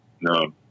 No